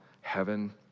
heaven